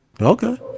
Okay